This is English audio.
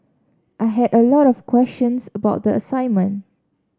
I had a lot of questions about the assignment